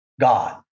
God